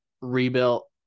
rebuilt